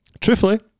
Truthfully